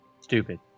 stupid